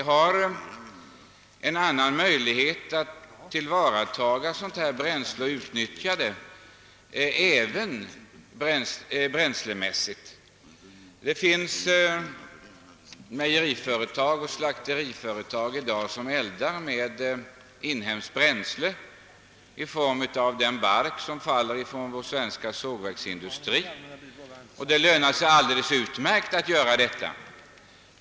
Vi har nu helt andra möjligheter att tillvarataga klenvirke och att även utnyttja det bränslemässigt. Det finns i dag mejeriföretag och slakteriföretag som eldar med inhemskt bränsle i form av den bark som faller från vår svenska sågverksindustri, och det lönar sig utmärkt att göra detta.